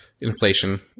inflation